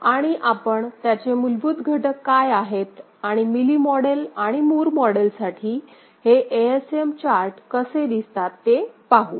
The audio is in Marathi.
आणि आपण त्याचे मूलभूत घटक काय आहेत आणि मिली मॉडेल आणि मूर मॉडेलसाठी हे एएसएम चार्ट कसे दिसतात ते पाहू